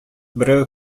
берәү